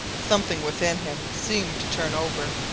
something within him seemed to turn over,